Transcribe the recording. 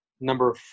Number